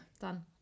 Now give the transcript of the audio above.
Done